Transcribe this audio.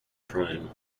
prime